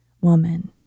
Woman